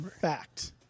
Fact